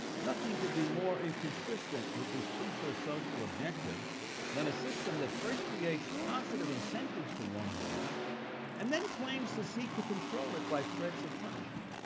nothing can be more inconsistent with this crucial social objective than a system that first creates positive incentives to wrongdoing and then claims to seek to control it by threats of punishment.